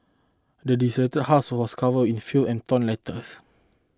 the desolated house was covered in the filth and torn letters